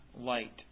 light